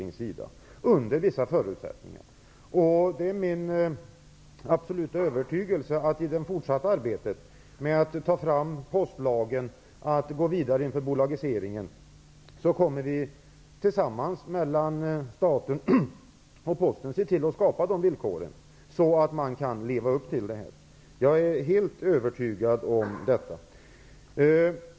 Man gör det dock under vissa förutsättningar, och det är min absoluta övertygelse att vi i det fortsatta arbetet med postlagen och med förberedelserna inför bolagiseringen skall tillsammans mellan staten och Posten kunna skapa sådana villkor att Posten kan leva upp till detta.